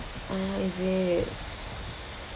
ah is it